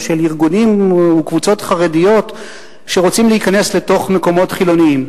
או של ארגונים וקבוצות חרדיות שרוצים להיכנס לתוך מקומות חילוניים.